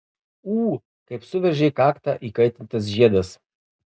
ū kaip suveržė kaktą įkaitintas žiedas